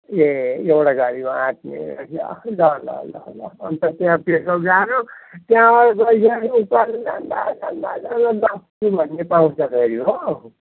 ए एउटा गाडीमा आँट्ने रहेछ ल ल ल अन्त त्यहाँ पेसोक जानु त्यहाँबाट गइसकेपछि उकालो जाँदा जाँदा जाँदा लप्चू भन्ने पाउँछ फेरि हो